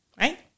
right